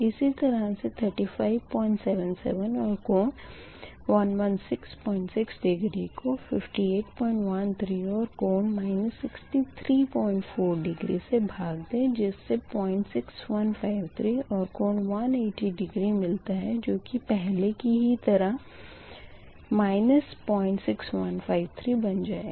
इसी तरह से 3577 और कोण 1166 डिग्री को 5813 और कोण 634 डिग्री से भाग दें जिस से 06153 और कोण 180 डिग्री मिलता है जो कि पहले की ही तरह −06153 बन जाएगा